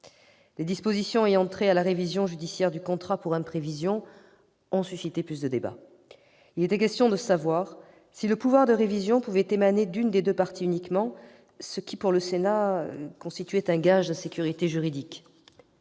Les dispositions ayant trait à la révision judiciaire du contrat pour imprévision ont suscité plus de débats. Il était question de savoir si le pouvoir de révision pouvait émaner d'une des deux parties uniquement, ce qui, pour le Sénat, constituait un gage d'insécurité juridique.